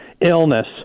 illness